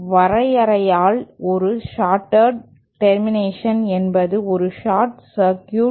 வரையறையால் ஒரு shorted termination என்பது ஒரு சார்ட் சர்க்யூட்